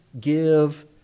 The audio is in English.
give